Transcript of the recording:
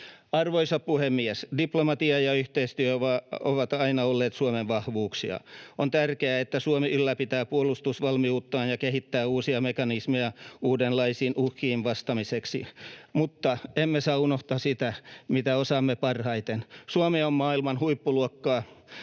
Arvoisa puhemies! Diplomatia ja yhteistyö ovat aina olleet Suomen vahvuuksia. On tärkeää, että Suomi ylläpitää puolustusvalmiuttaan ja kehittää uusia mekanismeja uudenlaisiin uhkiin vastaamiseksi, mutta emme saa unohtaa sitä, mitä osaamme parhaiten: Suomi on maailman huippuluokkaa